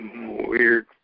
weird